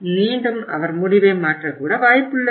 மீண்டும் அவர் முடிவை மாற்ற கூட வாய்ப்புள்ளது